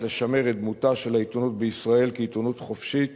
לשמר את דמותה של העיתונות בישראל כעיתונות חופשית